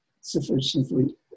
sufficiently